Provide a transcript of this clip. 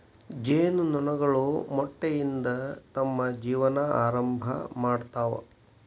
ಜೇನು ನೊಣಗಳು ಮೊಟ್ಟೆಯಿಂದ ತಮ್ಮ ಜೇವನಾ ಆರಂಭಾ ಮಾಡ್ತಾವ